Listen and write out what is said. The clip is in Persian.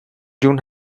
جون